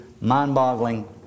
mind-boggling